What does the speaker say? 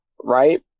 right